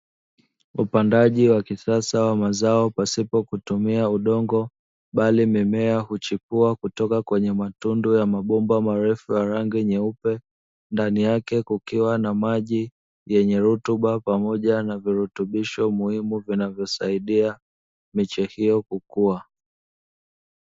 Upandaji wa kisasa wa mazao pasipo kutumia udongo bali mimea huchipua kutoka kwenye matundu ya mabomba marefu ya rangi nyeupe, ndani yake kukiwa na maji yenye rutuba pamoja na virutubisho muhimu vinavyosaidia miche hiyo kukua.